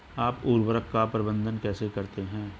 आप उर्वरक का प्रबंधन कैसे करते हैं?